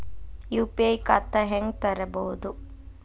UPI ಖಾತಾ ಹೆಂಗ್ ತೆರೇಬೋದು?